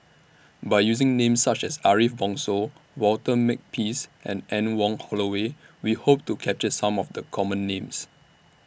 By using Names such as Ariff Bongso Walter Makepeace and Anne Wong Holloway We Hope to capture Some of The Common Names